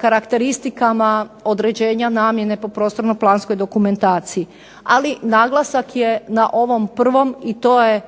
karakteristikama određenja namjene po prostorno-planskoj dokumentaciji. Ali naglasak je na ovom prvom i to je